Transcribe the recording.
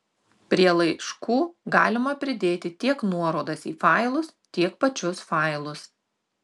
prie laiškų galima pridėti tiek nuorodas į failus tiek pačius failus